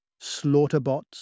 slaughterbots